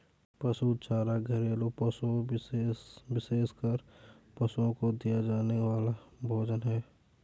पशु चारा घरेलू पशुओं, विशेषकर पशुओं को दिया जाने वाला भोजन है